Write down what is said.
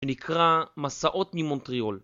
שנקרא מסעות ממונטריול